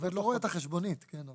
העובד לא רואה את החשבונית, כן?